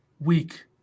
week